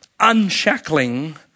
unshackling